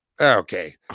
okay